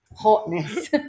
hotness